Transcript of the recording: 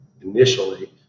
initially